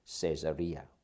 Caesarea